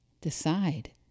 decide